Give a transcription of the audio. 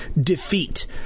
defeat